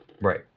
Right